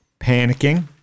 panicking